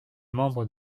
membre